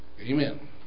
Amen